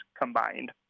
combined